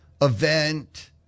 event